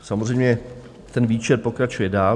Samozřejmě ten výčet pokračuje dál.